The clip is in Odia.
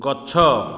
ଗଛ